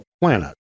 planet